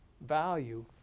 value